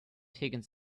higgins